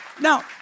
Now